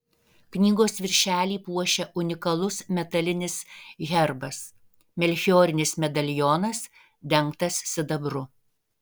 knygos viršelį puošia unikalus metalinis herbas melchiorinis medalionas dengtas sidabru